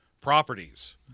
properties